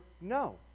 no